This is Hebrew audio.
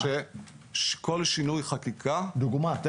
לדוגמה?